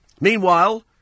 Meanwhile